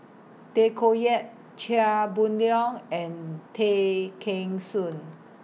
Tay Koh Yat Chia Boon Leong and Tay Kheng Soon